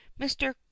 Mr